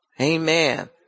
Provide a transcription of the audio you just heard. Amen